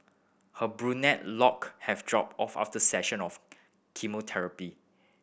her brunette lock have dropped off after session of chemotherapy